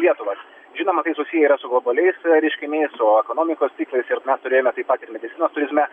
lietuvą žinoma tai susiję yra su globaliais reiškiniais o ekonomikos ciklais mes turėjome taip pat ir medicinos turizme